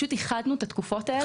איחדנו את התקופות האלה.